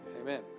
Amen